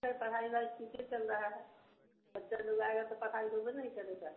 sir पढ़ाई ओढ़ाई ठीके चल रहा है बच्चा लोग आएगा तो पढ़ाई होवे नहीं करेगा